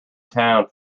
town